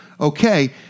okay